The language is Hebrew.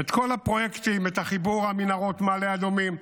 את כל הפרויקטים: חיבור המנהרות של מעלה אדומים,